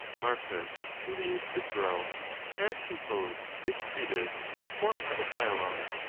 marcus tullius cicero has composed this treatise in the form of a dialogue,